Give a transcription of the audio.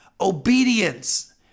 obedience